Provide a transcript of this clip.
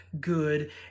good